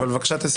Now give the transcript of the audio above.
בבקשה תסיימי.